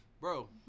Bro